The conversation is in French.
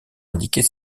indiquer